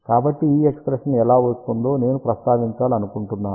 కాబట్టి ఈ ఎక్ష్ప్రెషన్ ఎలా వస్తుందో నేను ప్రస్తావించాలనుకుంటున్నాను